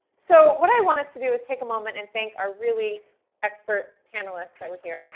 so what i want us to do is take a moment and thank our really expert panelists that were here.